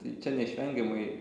tai čia neišvengiamai